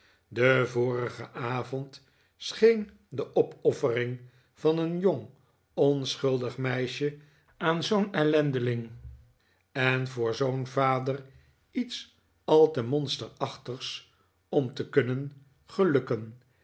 den vorigen avond scheen de opoffering van een jong onschuldig meisje aan zoo'n ellendeling en voor zoo'n vader iets al te monsterachtigs om te kunnen gelukken